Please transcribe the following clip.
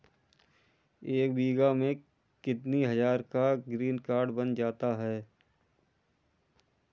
एक बीघा में कितनी हज़ार का ग्रीनकार्ड बन जाता है?